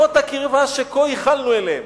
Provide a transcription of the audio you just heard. שכה ייחלנו להן,